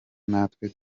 natwe